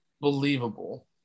believable